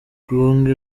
rwunge